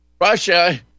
Russia